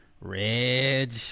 Reg